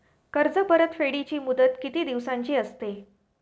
कर्ज परतफेडीची मुदत किती दिवसांची असते?